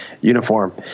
uniform